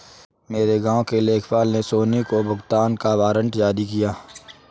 मेरे गांव के लेखपाल ने सोनी को भुगतान का वारंट जारी किया